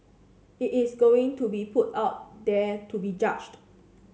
it is going to be put out there to be judged